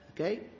Okay